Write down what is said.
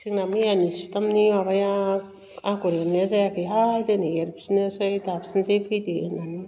जोंना मैयानि सुदामनि माबाया आगर एरनाया जायाखैहाय दोनै एरफिननोसै दाफिनसै फैदो होन्नानै